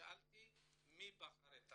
שאלתי מי בחר?